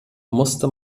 musste